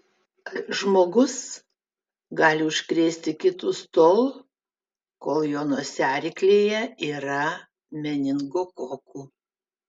žmogus gali užkrėsti kitus tol kol jo nosiaryklėje yra meningokokų